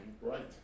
Right